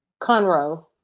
Conroe